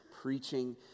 preaching